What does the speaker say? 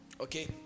Okay